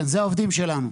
כן, זה העובדים שלנו.